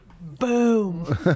Boom